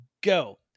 go